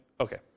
Okay